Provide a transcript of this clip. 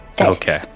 Okay